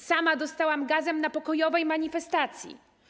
Sama dostałam gazem na pokojowej manifestacji.